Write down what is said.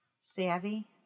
Savvy